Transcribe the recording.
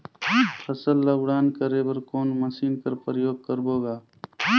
फसल ल उड़ान करे बर कोन मशीन कर प्रयोग करबो ग?